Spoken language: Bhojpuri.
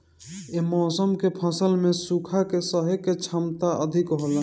ये मौसम के फसल में सुखा के सहे के क्षमता अधिका होला